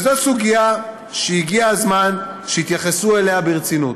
זו סוגיה שהגיע הזמן שיתייחסו אליה ברצינות.